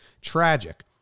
tragic